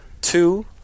two